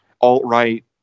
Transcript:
alt-right